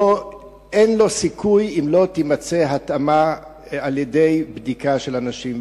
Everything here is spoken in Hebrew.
אין לו סיכוי אם לא תימצא התאמה על-ידי בדיקה של אנשים.